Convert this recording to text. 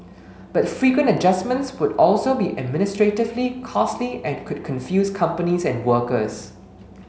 but frequent adjustments would also be administratively costly and could confuse companies and workers